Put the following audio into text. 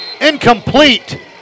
incomplete